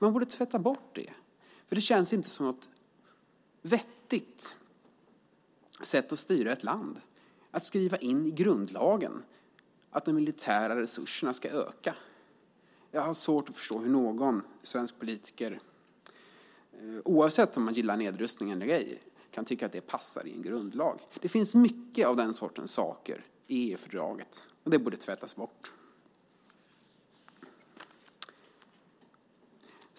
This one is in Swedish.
Man borde tvätta bort det, för det känns inte som ett vettigt sätt att styra ett land att skriva in i grundlagen att de militära resurserna ska öka. Jag har svårt att förstå hur någon svensk politiker, oavsett om man gillar nedrustning eller ej, kan tycka att det passar i en grundlag. Det finns mycket av den sortens saker i EU-fördraget, och det borde tvättas bort.